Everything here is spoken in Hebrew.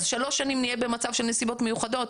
אז שלוש שנים נהיה במצב של נסיבות מיוחדות?